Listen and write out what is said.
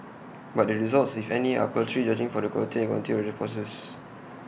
but the results if any are paltry judging from the quality and quantity of the responses